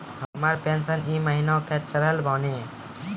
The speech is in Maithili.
हमर पेंशन ई महीने के चढ़लऽ बानी?